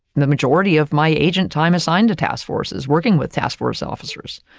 the majority of my agent time assigned to task forces working with task force officers.